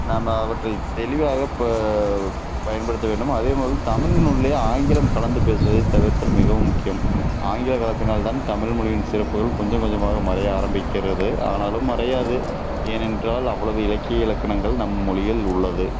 நம்ம அவற்றை தெளிவாக ப பயன்படுத்த வேண்டும் அதேபோல் தமிழினுள்ளையே ஆங்கிலம் கலந்து பேசுவதை தவிர்த்தல் மிகவும் முக்கியம் ஆங்கில கலப்பினால் தான் தமிழ் மொழியின் சிறப்புகள் கொஞ்சம் கொஞ்சமாக மறைய ஆரம்பிக்கிறது ஆனாலும் மறையாது ஏனென்றால் அவ்வளவு இலக்கிய இலக்கணங்கள் நம் மொழியில் உள்ளது